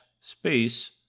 space